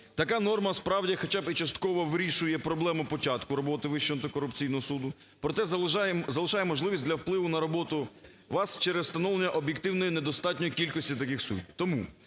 Така норма, справді, хоча би частково вирішує проблему початку роботи Вищого антикорупційного суду, проте, залишає можливість для впливу на роботу ВАС через встановлення об'єктивної недостатньої кількості таких суддів.